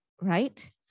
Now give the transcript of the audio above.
right